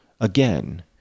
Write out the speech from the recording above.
Again